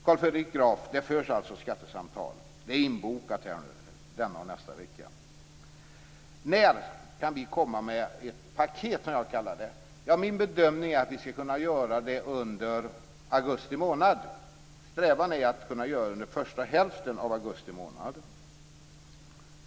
Det förs skattesamtal, Carl Fredrik Graf. De är inbokade denna och nästa vecka. När kan vi lägga fram ett "paket"? Min bedömning är att vi skall kunna göra det under augusti månad. Strävan är att vi skall göra det under första hälften av augusti månad.